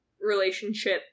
relationship